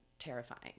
terrifying